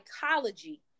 psychology